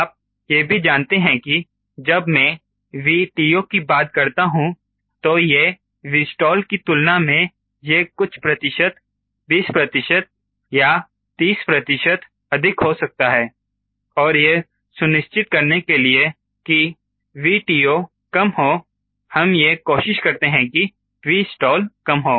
आप यह भी जानते हैं कि जब मैं 𝑉TO की बात करता हूं तो यह 𝑉stall की तुलना में यह कुछ प्रतिशत 20 प्रतिशत या 30 प्रतिशत अधिक हो सकता है और यह सुनिश्चित करने के लिए कि 𝑉TO कम हो हम यह कोशिश करते हैं कि 𝑉stall कम हो